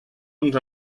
uns